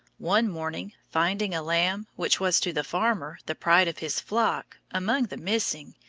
one morning finding a lamb which was to the farmer the pride of his flock among the missing,